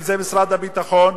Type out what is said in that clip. אם משרד הביטחון,